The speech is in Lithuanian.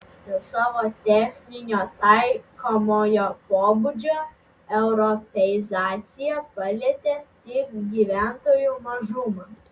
dėl savo techninio taikomojo pobūdžio europeizacija palietė tik gyventojų mažumą